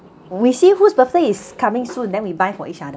we see whose birthday is coming soon then we buy for each other